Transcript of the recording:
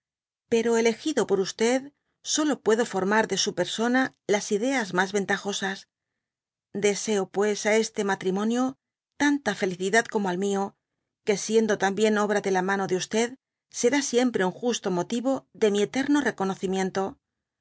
pero elegido por o solo puedo formar de su persona las ideas mas ventajosas deseo pues á este matrimonio y tadta felicidad como al mió que siendo también obra de la mano de será sidpre nn justo motivo de mi eterno reconocimiento